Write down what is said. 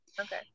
Okay